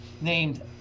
named